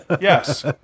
Yes